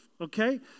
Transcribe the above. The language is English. okay